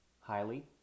highly